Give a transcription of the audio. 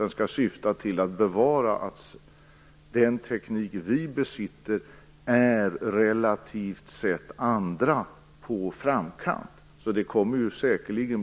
Den skall syfta till att vi skall kunna ligga i framkant i jämförelse med andra med den tekniska kompetens som vi besitter.